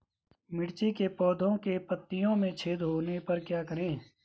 मिर्ची के पौधों के पत्तियों में छेद होने पर क्या करें?